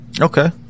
Okay